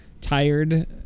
tired